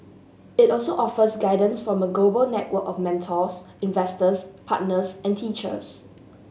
it also offers guidance from a global network of mentors investors partners and teachers